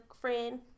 friend